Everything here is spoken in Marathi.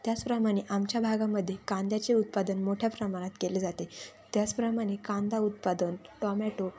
त्याचप्रमाणे आमच्या भागामध्ये कांद्याचे उत्पादन मोठ्या प्रमाणात केले जाते त्याचप्रमाणे कांदा उत्पादन टोमॅटो